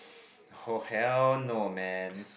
oh hell no man